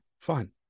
Fine